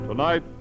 Tonight